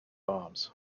arms